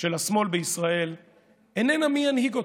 של השמאל בישראל איננה מי ינהיג אותו,